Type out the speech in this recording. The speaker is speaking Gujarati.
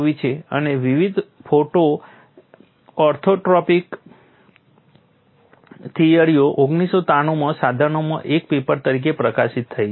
અને વિવિધ ફોટો ઓર્થોટ્રોપિક થિયરીઓ 1993 માં સાધનામાં એક પેપર તરીકે પ્રકાશિત થઈ છે